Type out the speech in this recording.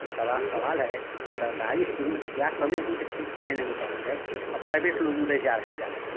तब सवा सवाल है कि सरकारी इस्कूल में मतलब क्या कमी है कि मतलब ठीक से पढ़ाई नही हो पा रही है और प्राइवेट लो मनई जा रहा है ज़्यादातर